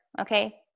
Okay